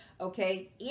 Okay